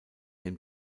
dem